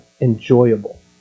enjoyable